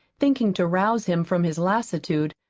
thinking to rouse him from his lassitude,